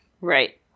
Right